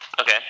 Okay